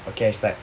okay I start